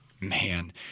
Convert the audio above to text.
Man